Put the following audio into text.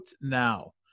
now